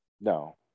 no